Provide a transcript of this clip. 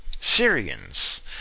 Syrians